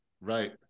Right